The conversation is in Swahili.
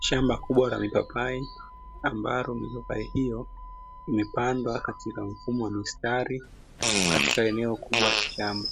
Shamba kubwa la mipapai ambayo mipapai hiyo imepandwa katika mfumo wa mistari katika eneo kubwa la shamba,